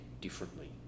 differently